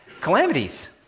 Calamities